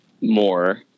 more